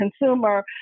consumer